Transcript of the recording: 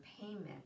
payment